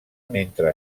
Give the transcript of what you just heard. mentre